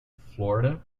florida